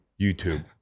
YouTube